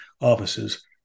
offices